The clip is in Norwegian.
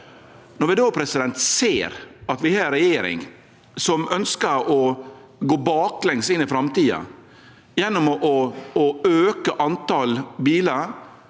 ser vi at vi har ei regjering som ønskjer å gå baklengs inn i framtida gjennom å auke antalet bilar